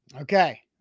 Okay